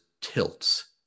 tilts